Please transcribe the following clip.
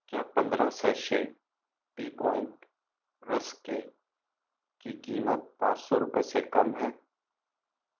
क्या पन्द्रह sachet tea point rusk cake की कीमत पाँच सौ रुपए से कम है